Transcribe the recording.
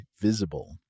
Visible